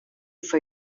for